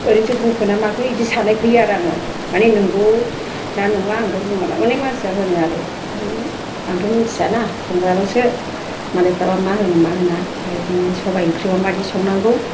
ओरैनोसो बुंखो ना माखो बिदि साननाय फैयो आरो आंनाव माने नंगौ ना नङा आंथ' बुङाबा अनेग मानसिया होनो आरो आंथ' मोनथियाना संग्राल'सो मालायफ्राबा मा होनो मा होना बिदिनो सबाइ ओंख्रिबा माबायदि संनांगौ